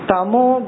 Tamo